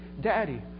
Daddy